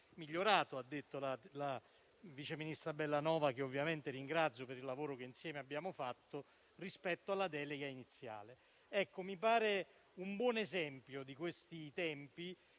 ha detto il vice ministro Bellanova, che ovviamente ringrazio per il lavoro che insieme abbiamo fatto, rispetto alla delega iniziale. Mi pare un buon esempio, di questi tempi,